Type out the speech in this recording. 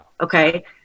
okay